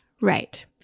Right